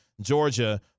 Georgia